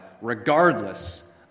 regardless